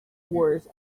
wars